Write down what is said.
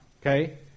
Okay